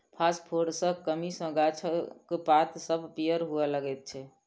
फासफोरसक कमी सॅ गाछक पात सभ पीयर हुअ लगैत छै